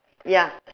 ya